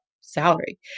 salary